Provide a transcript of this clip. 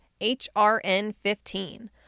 HRN15